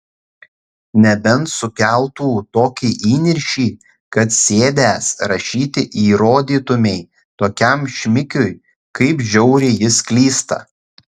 nebent sukeltų tokį įniršį kad sėdęs rašyti įrodytumei tokiam šmikiui kaip žiauriai jis klysta